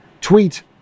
tweet